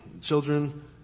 children